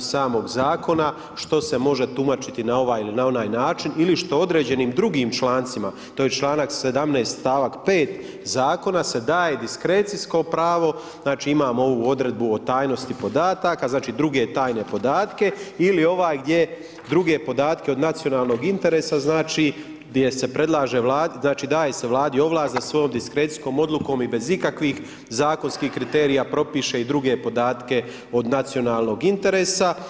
samo zakona što se može tumačiti na ovaj ili onaj način ili što određenim drugim člancima to je članak 17. stavak 5. zakona se daje diskrecijsko pravo, znači imamo ovu odredbu o tajnosti podataka i druge tajne podatke ili ovaj gdje druge podatke od nacionalnog interesa gdje se predlaže Vladi, znači daje se Vladi da svojom diskrecijskom odlukom i bez ikakvih zakonskih kriterija propiše i druge podatke od nacionalnog interesa.